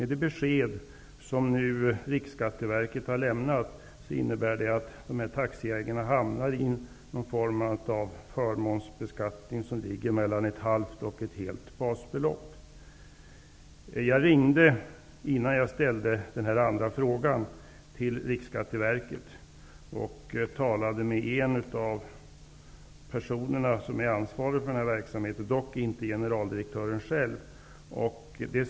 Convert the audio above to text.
Det besked som Riksskatteverket har lämnat innebär att dessa taxiägare hamnar i någon form av förmånsbeskattning som ligger mellan ett halvt och ett helt basbelopp. Innan jag ställde den andra frågan ringde jag till Riksskatteverket och talade med en av de personer som är ansvarig för den här verksamheten, dock inte generaldirektören själv.